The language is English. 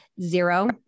Zero